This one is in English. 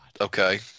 Okay